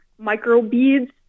microbeads